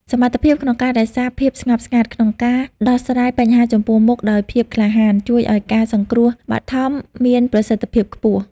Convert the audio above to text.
សមត្ថភាពក្នុងការរក្សាភាពស្ងប់ស្ងាត់ និងការដោះស្រាយបញ្ហាចំពោះមុខដោយភាពក្លាហាន ជួយឱ្យការសង្គ្រោះបឋមមានប្រសិទ្ធភាពខ្ពស់។